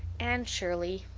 anne shirley,